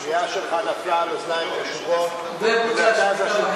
הפנייה שלך נפלה על אוזניים קשובות ומרכז השלטון